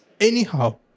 anyhow